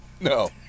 No